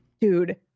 Dude